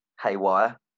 haywire